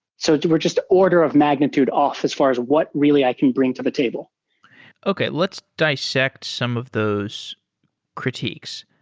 so we're just order of magnitude off as far as what really i can bring to the table okay. let's dissect some of those critiques,